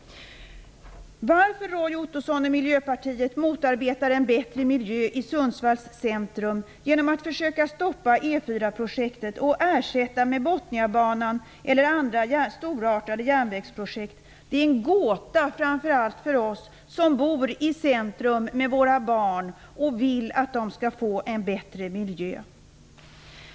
Varför Roy Ottosson och Miljöpartiet vill motarbeta en bättre miljö i Sundsvalls centrum genom att försöka stoppa E 4-projektet och ersätta med Botniabanan och andra storartade järnvägsprojekt är en gåta framför allt för oss som bor i Sundsvalls centrum med våra barn och vill att de skall få en bättre miljö.